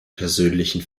persönlichen